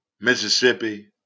Mississippi